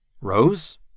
Rose